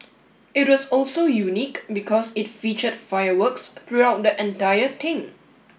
it was also unique because it featured fireworks throughout the entire thing